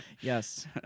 Yes